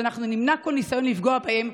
שאנחנו נמנע כל ניסיון לפגוע בהם,